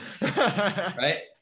Right